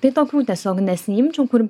tai tokių tiesiog nesiimčiau kur